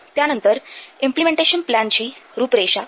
त्यानंतर इम्पलेमेंटेशन प्लॅनची रूपरेषा